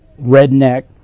redneck